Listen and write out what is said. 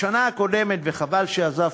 בשנה הקודמת, וחבל שעזב